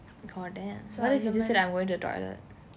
god damn what did he just said I'm going to the toilet